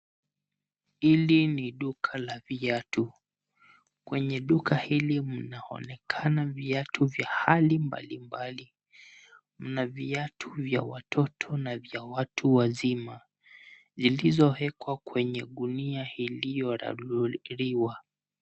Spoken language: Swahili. Hili ni duka la viatu, kwenye duka hili mnaonekana viatu vya hali mbalimbali. Mna viatu vya watoto na vya watu wazima. zilizowekwa kwenye gunia iliyoraruliwa.